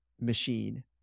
machine